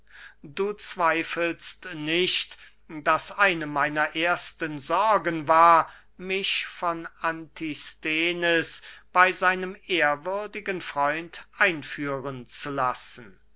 du zweifelst nicht daß eine meiner ersten sorgen war mich von antisthenes bey seinem ehrwürdigen freund einführen zu lassen